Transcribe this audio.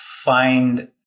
find